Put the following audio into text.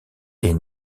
est